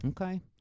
Okay